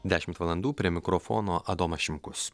dešimt valandų prie mikrofono adomas šimkus